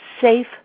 safe